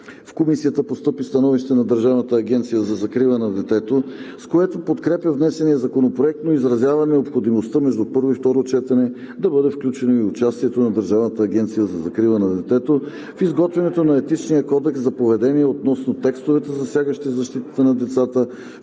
В Комисията постъпи Становище на Държавната агенция за закрила на детето, с което подкрепя внесения законопроект, но изразява необходимостта между първо и второ четете да бъде включено и участието на Държавната агенция за закрила на детето в изготвянето на Етичния кодекс за поведение относно текстовете, засягащи защитата на децата